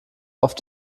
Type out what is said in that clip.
oft